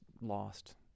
lost